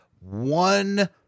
one